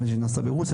קמפיין שנעשה ברוסיה,